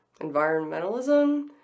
environmentalism